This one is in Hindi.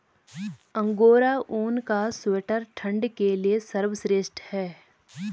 अंगोरा ऊन का स्वेटर ठंड के लिए सर्वश्रेष्ठ है